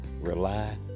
rely